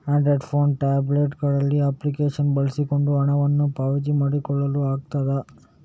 Android phone, tablet ಗಳಲ್ಲಿ application ಬಳಸಿಕೊಂಡು ಹಣವನ್ನ ಪಾವತಿ ಮಾಡ್ಲಿಕ್ಕೆ ಆಗ್ತದೆ